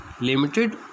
limited